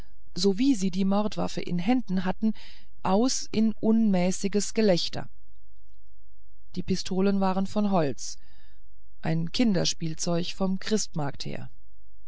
sowie sie die mordwaffe in händen hatten aus in ein unmäßiges gelächter die pistolen waren von holz ein kinderspielzeug vom christmarkt her